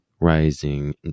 rising